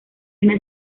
una